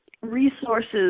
resources